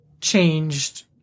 changed